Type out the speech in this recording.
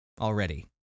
already